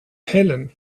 helen